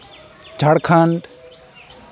Jharkhand